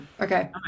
Okay